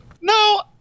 No